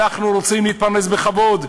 אנחנו רוצים להתפרנס בכבוד,